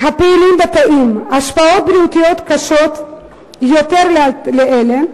הפעילים בתאים, השפעות בריאותיות קשות יותר מאלה,